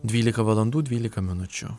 dvylika valandų dvylika minučių